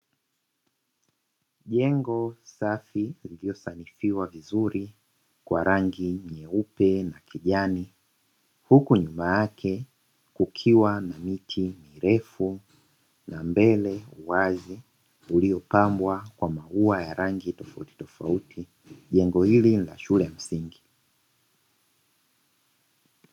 Jengo safi lililosanifiwa vizuri kwa rangi nyeupe na kijani huku nyuma yake kukiwa na miti mirefu na mbele uwazi uliopambwa kwa maua ya rangi tofautitofauti, jengo hili ni la shule ya msingi.